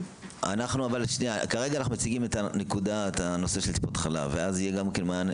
כרגע אנחנו מציגים את הנושא של טיפות חלב ואז זה יהיה כמענה.